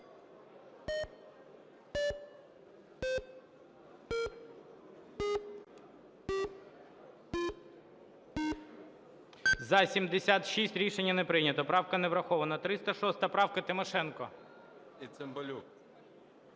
За-76 Рішення не прийнято. Правка не врахована. 306 правка, Тимошенко.